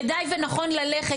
כדאי ונכון ללכת.